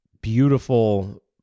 beautiful